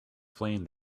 flame